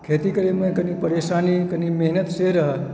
खेती करैमे कनि परेशानी कनि मेहनत से रहल